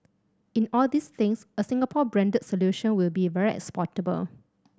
in all these things a Singapore branded solution will be very exportable